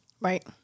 Right